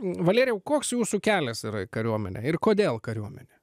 valerijau koks jūsų kelias yra į kariuomenę ir kodėl kariuomenė